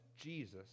Jesus